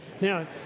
Now